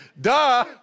Duh